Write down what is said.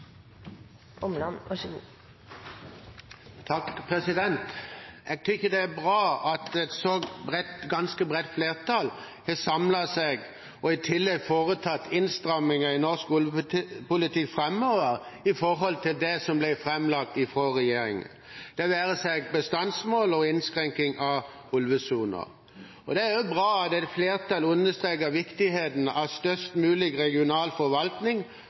bra at et ganske bredt flertall har samlet seg og i tillegg har foretatt innstramninger i norsk ulvepolitikk framover i forhold til det som ble framlagt ifra regjeringen – det være seg bestandsmål og innskrenkning av ulvesoner. Det er også bra at et flertall understreker viktigheten av størst mulig regional forvaltning